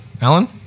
Alan